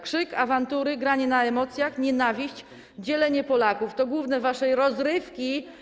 Krzyk, awantury, granie na emocjach, nienawiść, dzielenie Polaków - to główne wasze rozrywki.